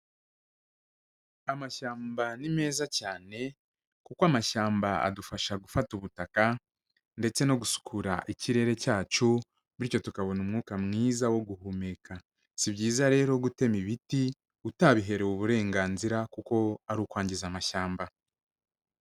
Amashyamba ni meza cyane kuko amashyamba adufasha gufata ubutaka ndetse no gusukura ikirere cyacu bityo tukabona umwuka mwiza wo guhumeka. Si byiza rero gutema ibiti, utabiherewe uburenganzira kuko ari ukwangiza amashyamba.